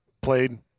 played